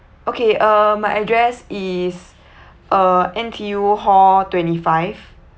okay uh my address is uh N_T_U hall twenty five